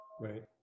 Right